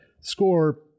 score